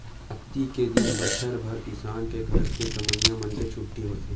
अक्ती के दिन बछर भर किसान के घर के कमइया मन के छुट्टी होथे